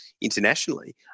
internationally